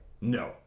No